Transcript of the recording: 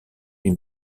lui